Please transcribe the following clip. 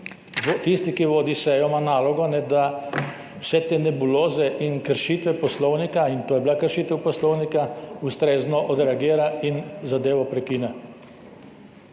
Tisti, ki vodi sejo, ima nalogo, da na vse te nebuloze in kršitve poslovnika, in to je bila kršitev poslovnika, ustrezno odreagira in zadevo prekine.